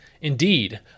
Indeed